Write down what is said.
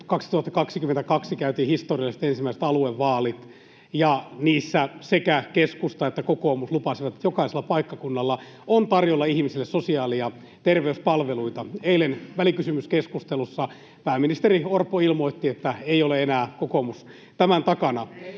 2022 käytiin historialliset, ensimmäiset aluevaalit, ja niissä sekä keskusta että kokoomus lupasivat, että jokaisella paikkakunnalla on tarjolla ihmisille sosiaali- ja terveyspalveluita. Eilen välikysymyskeskustelussa pääministeri Orpo ilmoitti, että ei ole enää kokoomus tämän takana.